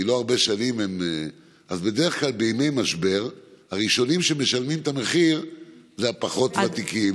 בדרך כלל בימי משבר הראשונים שמשלמים את המחיר זה הפחות-ותיקים.